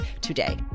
today